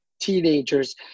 teenagers